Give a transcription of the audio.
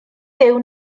byw